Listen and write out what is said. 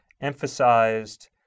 emphasized